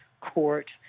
court